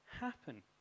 happen